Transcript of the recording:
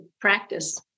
practice